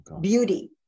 beauty